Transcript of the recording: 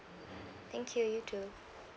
thank you you too